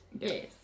yes